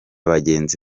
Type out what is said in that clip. bagenzi